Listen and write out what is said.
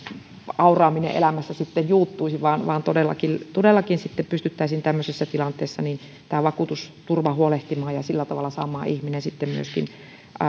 auraaminen elämässä ikään kuin juuttuisi vaan vaan todellakin todellakin pystyttäisiin tämmöisessä tilanteessa tämä vakuutusturva huolehtimaan ja sillä tavalla saamaan ihminen sitten myöskin